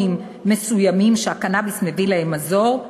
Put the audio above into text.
מסוימים שהקנאביס מביא להם מזור,